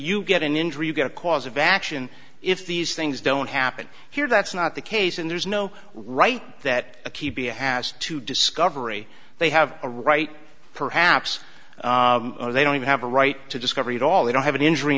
you get an injury you get a cause of action if these things don't happen here that's not the case and there's no right that a key be has to discovery they have a right perhaps they don't even have a right to discovery at all they don't have an injury